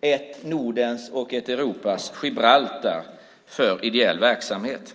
ett Nordens och ett Europas Gibraltar för ideell verksamhet.